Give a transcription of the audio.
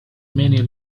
many